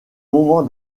moment